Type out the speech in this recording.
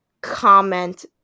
comment